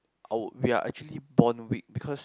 our we're actually born weak because